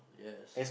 yes